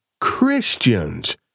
Christians